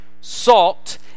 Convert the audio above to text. salt